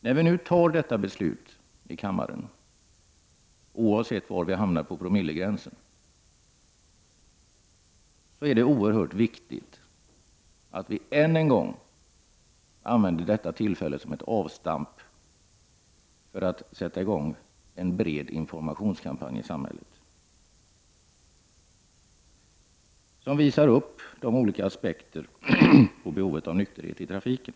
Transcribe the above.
När vi nu skall fatta beslut i kammaren, oavsett vilken promillegräns som vi fattar beslut om, är det oerhört viktigt att vi än en gång använder detta tillfälle som ett avstamp för att sätta i gång en bred informationskampanj i samhället, där man påvisar de olika aspekterna när det gäller behovet av nykterhet i trafiken.